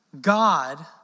God